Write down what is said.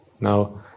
Now